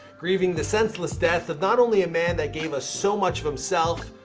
grieving the senseless death of not only a man that gave us so much of himself,